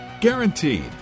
Guaranteed